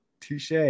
touche